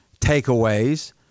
Takeaways